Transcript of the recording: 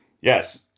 Yes